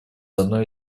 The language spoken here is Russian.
одной